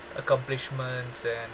accomplishments and